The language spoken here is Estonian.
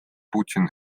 putin